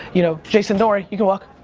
you know jason, don't worry, you can walk,